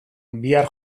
bihar